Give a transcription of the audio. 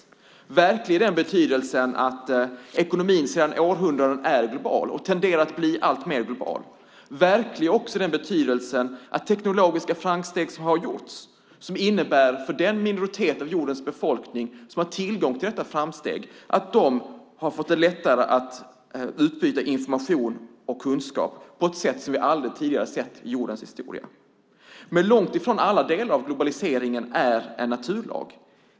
Den är verklig i den betydelsen att ekonomin sedan århundraden är global och tenderar att bli alltmer global. Den är verklig också i den betydelsen att tekniska framsteg har gjorts som innebär att den minoritet av jordens befolkning som har tillgång till dessa framsteg har fått det lättare att utbyta information och kunskap på ett sätt vi aldrig tidigare sett i jordens historia. Men långt ifrån alla delar av globaliseringen sker enligt en naturlag.